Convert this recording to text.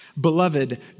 Beloved